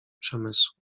przemysłu